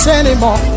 anymore